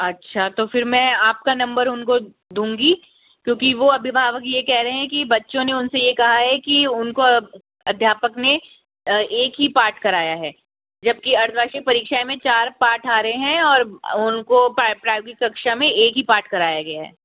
अच्छा तो फिर में आपका नंबर उनको दूँगी क्योंकि वो अभिभावक ये कह रहे है कि बच्चों ने उनसे ये कहा है कि उनको अध्यापक ने एक ही पाठ कराया है जबकी अर्द्धवार्षिक परीक्षाएं में चार पाठ आ रहे हैं और उनको प्रायोगिक कक्षा में एक ही पाठ कराया गया है